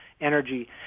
energy